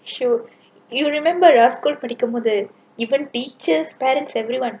shoot you remember the school படிக்கும் போது:padikkum pothu even teachers parents everyone